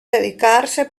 dedicarse